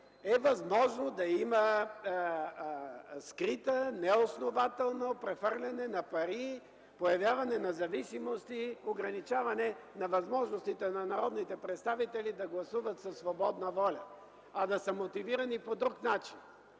е възможно да има скрито неоснователно прехвърляне на пари, появяване на зависимости, ограничаване на възможностите на народните представители да гласуват със свободна воля, а да са мотивирани по друг начин.